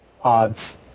odds